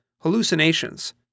hallucinations